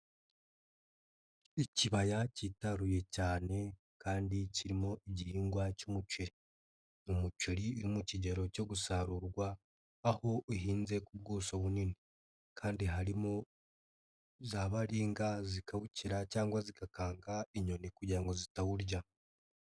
Ikibaya kitaruye cyane kandi kirimo igihingwa cy'umuceri. Umuceri uri mu kigero cyo gusarurwa, aho uhinze ku bwuso bunini. Kandi harimo za baringa zikabukira cyangwa zigakanga inyoni kugira ngo zitawurya.